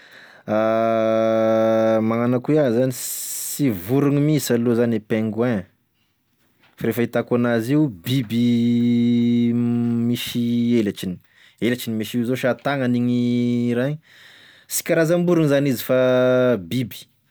Magnano ako iaho zany, sy vorogny mihinsy aloa e pingouin, raha e fahitako enazy io biby misy elatriny, elatriny me sa io zao sa tagnany igny raha igny sy karazamborogny izany izy fa biby.